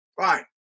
Fine